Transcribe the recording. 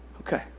Okay